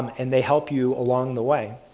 and they help you along the way.